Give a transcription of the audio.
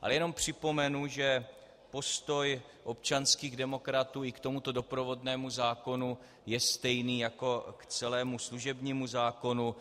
Ale jenom připomenu, že postoj občanských demokratů i k tomuto doprovodnému zákonu je stejný jako k celému služebnímu zákonu.